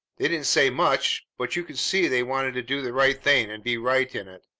they didn't say much, but you could see they wanted to do the right thing and be right in it.